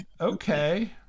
okay